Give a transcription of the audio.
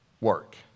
work